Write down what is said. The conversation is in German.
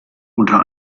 unter